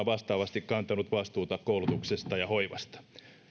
vastaavasti kantanut vastuuta koulutuksesta ja hoivasta